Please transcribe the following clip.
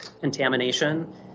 contamination